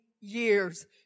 years